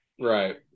right